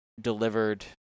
delivered